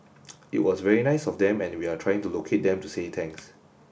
it was very nice of them and we are trying to locate them to say thanks